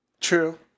True